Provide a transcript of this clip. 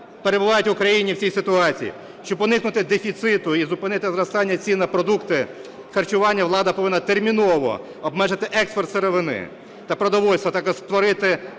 перебувають в Україні в цій ситуації? Щоб уникнути дефіциту і зупинити зростання цін на продукти харчування, влада повинна терміново обмежити експорт сировини та продовольства, а також створити